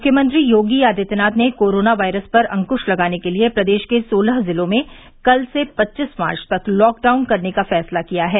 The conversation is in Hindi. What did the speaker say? मुख्यमंत्री योगी आदित्यनाथ ने कोरोना वायरस पर अंक्श लगाने के लिये प्रदेश के सोलह जिलों में कल से पच्चीस मार्च तक लॉक डाउन करने का फैसला किया है